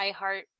iHeart